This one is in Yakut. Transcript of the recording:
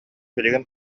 билигин